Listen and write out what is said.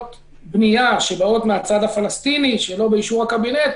בנייה שבאות מהצד הפלסטיני שלא באישור הקבינט,